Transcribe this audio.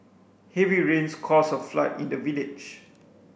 heavy rains caused a flood in the village